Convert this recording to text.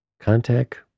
contact